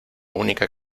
única